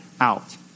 out